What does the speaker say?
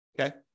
Okay